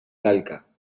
talca